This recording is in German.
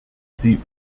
sie